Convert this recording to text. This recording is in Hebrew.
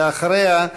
ואחריה,